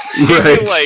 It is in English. Right